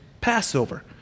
Passover